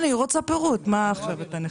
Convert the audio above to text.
אני רוצה פירוט, מה עכשיו אתה נכנס?